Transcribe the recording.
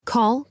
Call